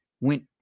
went